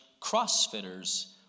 crossfitters